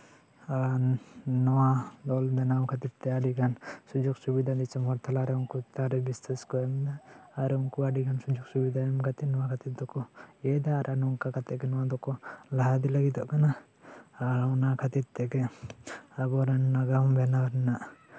ᱟᱨ ᱱᱚᱣᱟ ᱫᱚᱞ ᱵᱮᱱᱟᱣ ᱠᱷᱟᱹᱛᱤᱨᱛᱮ ᱟᱹᱰᱤᱜᱟᱱ ᱥᱩᱡᱳᱜ ᱥᱩᱵᱤᱫᱷᱟ ᱫᱤᱥᱚᱢ ᱦᱚᱲ ᱛᱟᱞᱟᱨᱮ ᱩᱱᱠᱩ ᱪᱮᱛᱟᱱᱨᱮ ᱵᱤᱥᱟᱹᱥ ᱠᱚ ᱮᱢᱫᱟ ᱟᱨ ᱩᱱᱠᱩ ᱟᱹᱰᱤᱜᱟᱱ ᱥᱩᱡᱳᱜ ᱥᱩᱵᱤᱫᱷᱟ ᱮᱢ ᱠᱟᱛᱮᱜ ᱱᱚᱣᱟ ᱠᱟᱹᱛᱷᱤᱨ ᱫᱚᱠᱚ ᱤᱭᱟᱹᱭᱫᱟ ᱱᱚᱝᱠᱟ ᱠᱟᱛᱮᱜ ᱜᱮ ᱱᱚᱣᱟ ᱫᱚᱠᱚ ᱞᱟᱦᱟ ᱤᱫᱤᱭᱮᱜ ᱠᱟᱱᱟ ᱟᱨ ᱚᱱᱟ ᱠᱷᱟᱹᱛᱤᱨ ᱛᱮᱜᱮ ᱟᱵᱚᱨᱮᱱ ᱱᱟᱜᱟᱢ ᱵᱮᱱᱟᱣ ᱨᱮᱱᱟᱜ